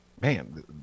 man